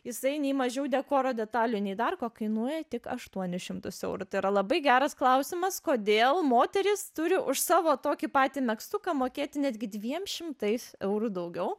jisai nei mažiau dekoro detalių nei dar ko kainuoja tik aštuonis šimtus eurų tai yra labai geras klausimas kodėl moterys turi už savo tokį patį megztuką mokėti netgi dviem šimtais eurų daugiau